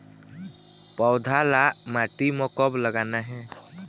पौधा ला माटी म कब लगाना हे?